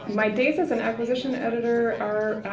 my days as an acquisition editor are,